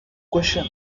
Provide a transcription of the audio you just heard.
question